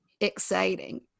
exciting